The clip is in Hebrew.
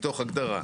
מתוך הגדרה.